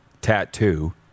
Tattoo